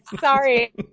Sorry